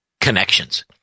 connections